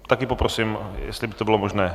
Také poprosím, jestli by to bylo možné.